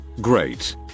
great